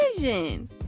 vision